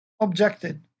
objected